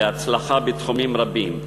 להצלחה בתחומים רבים,